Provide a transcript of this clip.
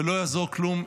ולא יעזור כלום,